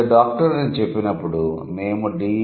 మీరు డాక్టర్ అని చెప్పినప్పుడు మేము డి